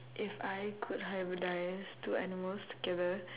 if I could hybridise two animals together